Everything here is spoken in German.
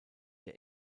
der